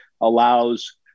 allows